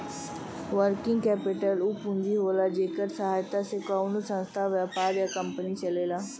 working capital उ पूंजी होला जेकरे सहायता से कउनो संस्था व्यापार या कंपनी चलेला